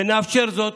ונאפשר זאת,